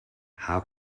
how